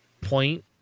point